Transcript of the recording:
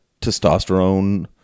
testosterone